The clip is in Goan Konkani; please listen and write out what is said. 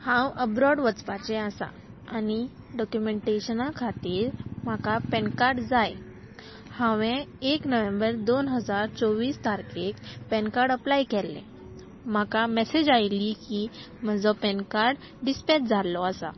हांव अब्रॉड वचपाचें आसा आनी डॉक्युमेंटेशना खातीर म्हाका पॅन कार्ड जाय हांवें एक नोव्हेंबर दोन हजार चोवीस तारखेक पॅन कार्ड अप्लाय केल्ले म्हाका मॅसेज आयिल्ली की म्हजो पॅन कार्ड डिस्पॅच जाल्लो आसा